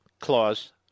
clause